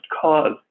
cause